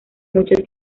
mucho